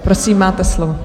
Prosím, máte slovo.